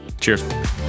Cheers